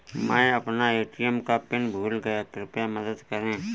मै अपना ए.टी.एम का पिन भूल गया कृपया मदद करें